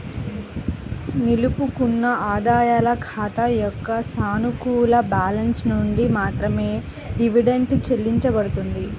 నిలుపుకున్న ఆదాయాల ఖాతా యొక్క సానుకూల బ్యాలెన్స్ నుండి మాత్రమే డివిడెండ్ చెల్లించబడుతుంది